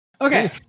Okay